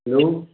hello